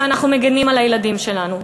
שאנחנו מגינים על הילדים שלנו.